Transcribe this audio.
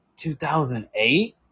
2008